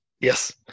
Yes